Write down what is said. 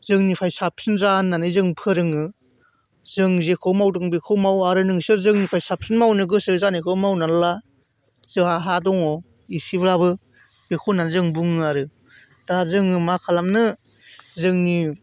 जोंनिफाय साबसिन जा होननानै जों फोरोङो जों जेखौ मावदों बेखौ माव आरो नोंसोर जोंनिफाय साबसिन मावनो गोसो जानायखौ मावनानै ला जोंहा हा दङ एसेब्लाबो बेखौ होननानै जों बुङो आरो दा जोङो मा खालामनो जोंनि